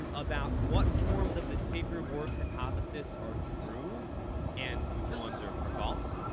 um about what forms of the sapir-whorf hypothesis are true and which ones are are false.